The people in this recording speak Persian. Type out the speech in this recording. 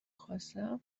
خواستم